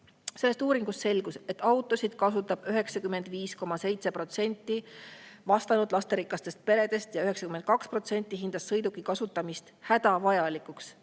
Sellest uuringust selgus, et autosid kasutab 95,7% vastanud lasterikastest peredest ja 92% hindas sõiduki kasutamist hädavajalikuks.